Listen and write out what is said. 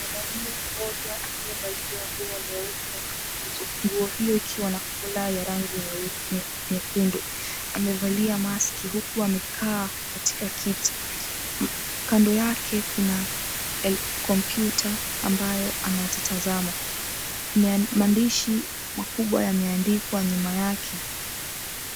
Mwanaume mmoja aliyevalia nguo nyeupe, nguo hiyo ikiwa na kola ya rangi nyekundu. Amevalia mask huku amekaa katika kiti. Kando yake, kuna kompyuta ambayo anazitazama. Maandishi makubwa yameandikwa nyuma yake.